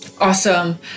Awesome